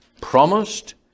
promised